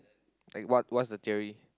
like what what's the theory